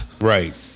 Right